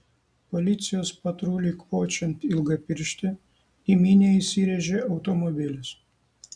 policijos patruliui kvočiant ilgapirštį į minią įsirėžė automobilis